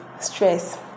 stress